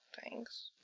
Thanks